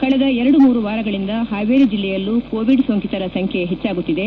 ಕಳೆದ ಎರಡು ಮೂರು ವಾರಗಳಿಂದ ಹಾವೇರಿ ಜಲ್ಲೆಯಲ್ಲೂ ಕೋವಿಡ್ ಸೋಂಕಿತರ ಸಂಖ್ಯೆ ಹೆಚ್ಚಾಗುತ್ತಿದೆ